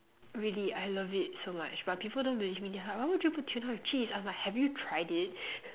really I love it so much but people don't believe me they are like why would you put tuna with cheese I am like have you tried it